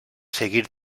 seguir